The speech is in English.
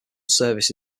service